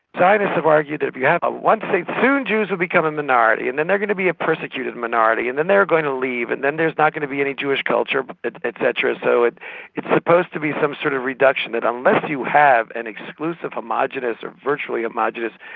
zionists have argued that if you have ah one state, soon jews will become a minority and then they're going to be a persecuted minority and then they're going to leave and then there's not going to be any jewish culture but et cetera. so it's supposed to be some sort of reduction, that unless you have an exclusive homogenous, or virtually homogenous,